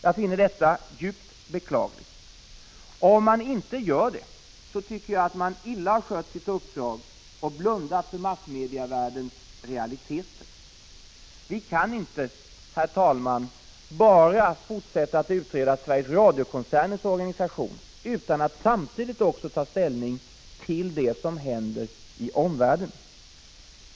Jag finner detta djupt beklagligt. Om man inte gör det tycker jag att man illa skött sitt uppdrag och blundat för massmedievärldens realiteter. Vi kan inte, herr talman, bara fortsätta att utreda Sveriges Radios organisation utan att samtidigt ta ställning till det som händer i omvärlden.